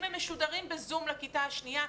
אם הם משודרים ב-זום לכיתה השנייה,